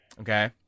Okay